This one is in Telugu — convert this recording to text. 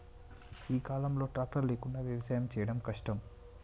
ఈ కాలం లో ట్రాక్టర్ లేకుండా వ్యవసాయం చేయడం కష్టం